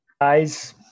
guys